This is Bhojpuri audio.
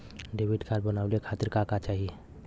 डेबिट कार्ड बनवावे खातिर का का चाही?